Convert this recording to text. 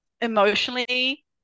emotionally